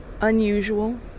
unusual